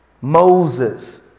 Moses